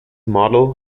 model